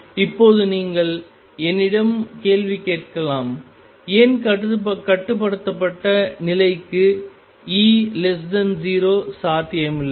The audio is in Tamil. இப்போது நீங்கள் என்னிடம் கேள்வி கேட்கலாம் ஏன் கட்டுப்படுத்தப்பட்ட நிலைக்கு E0 சாத்தியமில்லை